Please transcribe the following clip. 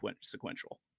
sequential